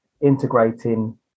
integrating